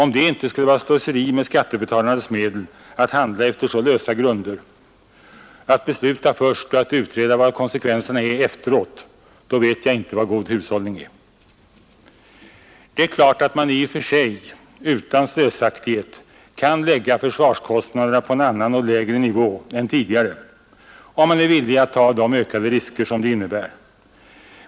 Om det inte skulle vara slöseri med skattebetalarnas medel att handla efter så lösa grunder, att besluta först och utreda vad konsekvenserna är efteråt — då vet jag inte vad god hushållning är. Det är klart att man i och för sig utan slösaktighet kan lägga försvarskostnaderna på en lägre nivå än tidigare om man är villig att ta de ökade risker det innebär.